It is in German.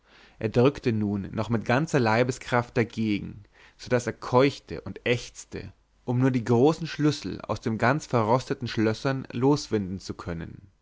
er drückte nun noch mit ganzer leibeskraft dagegen so daß er keuchte und ächzte um nur die großen schlüssel aus den ganz verrosteten schlössern loswinden zu können